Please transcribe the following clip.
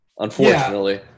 unfortunately